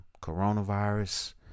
Coronavirus